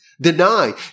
deny